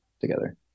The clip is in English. together